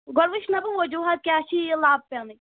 گۄڈٕ وُچھٕ نا بہٕ وجوٗہات کیٛاہ چھِ یہِ لَب پیٚنٕکۍ